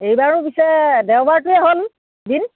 এইবাৰো পিছে দেওবাৰটোৱে হ'ল দিন